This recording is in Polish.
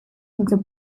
nieco